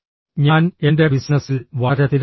ഞാൻ എന്റെ ബിസിനസ്സിൽ വളരെ തിരക്കിലായിരുന്നു